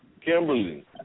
Kimberly